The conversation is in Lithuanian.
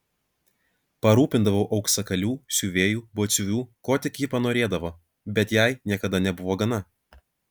parūpindavau auksakalių siuvėjų batsiuvių ko tik ji panorėdavo bet jai niekada nebuvo gana